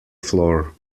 floor